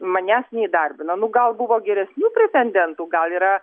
manęs neįdarbino nu gal buvo geresnių pretendentų gal yra